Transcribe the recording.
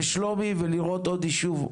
לשלומי, ולראות עוד יישוב,